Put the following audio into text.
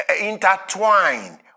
intertwined